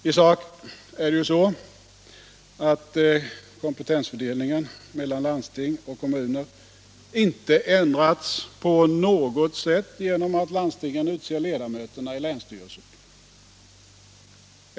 I sak förhåller det sig ju så att kompetensfördelningen mellan landsting och kommuner inte ändrats på något sätt genom att landstingen utser ledamöterna i länsstyrelserna.